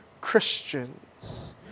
Christians